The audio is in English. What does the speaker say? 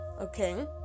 okay